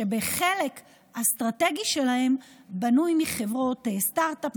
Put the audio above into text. שבחלק אסטרטגי שלהן בנויות מחברות סטרטאפ,